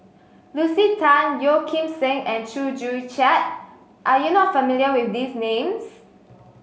Lucy Tan Yeo Kim Seng and Chew Joo Chiat are you not familiar with these names